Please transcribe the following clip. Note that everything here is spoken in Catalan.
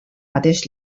mateix